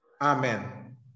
Amen